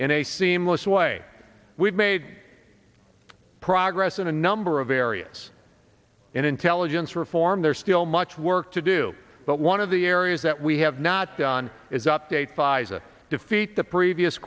a seamless way we've made progress in a number of areas and intelligence reform there's still much work to do but one of the areas that we have not done update pfizer defeat the previous